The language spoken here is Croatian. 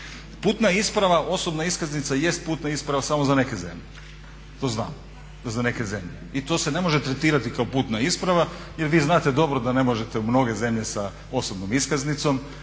Putna isprava, osobna iskaznica jest putna isprava samo za neke zemlje, to znamo i to se ne može tretirati kao putna isprava jer vi znate dobro da ne možete u mnoge zemlje sa osobnom iskaznicom,